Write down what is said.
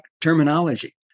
terminology